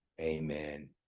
amen